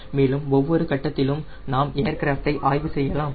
மேலும் ஒவ்வொரு கட்டத்திலும் நாம் ஏர்கிராஃப்டை ஆய்வு செய்யலாம்